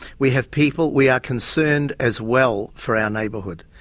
we have people. we are concerned as well for our neighbourhood.